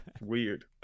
Weird